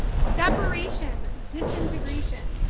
separation, disintegration,